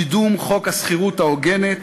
קידום חוק השכירות ההוגנת,